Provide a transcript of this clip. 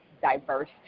diverse